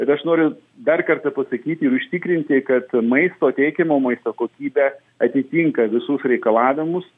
ir aš noriu dar kartą pasakyti ir užtikrinti kad maisto teikiamo maisto kokybė atitinka visus reikalavimus